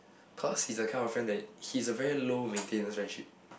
cause he's a kind of friend that he's a very low maintenance friendship